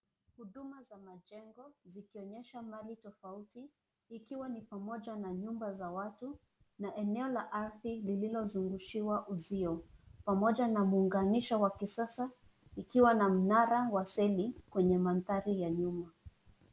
Huduma za majengo, zikionyesha mali tofauti, ikiwa na pamoja na nyumba za watu, na eneo la ardhi lililozungushiwa uzio, pamoja na muunganisho wa kisasa, ikiwa na mnara wa seli, kwenye mandhari ya nyuma.